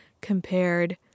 compared